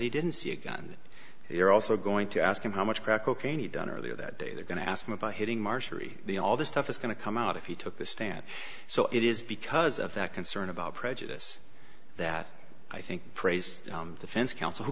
he didn't see a gun you're also going to ask him how much crack cocaine he'd done earlier that day they're going to ask him about hitting marjorie the all this stuff is going to come out if he took the stand so it is because of that concern about prejudice that i think praised defense counsel